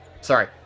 Sorry